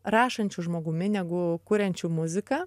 rašančiu žmogumi negu kuriančių muziką